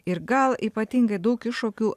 ir gal ypatingai daug iššūkių